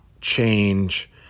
change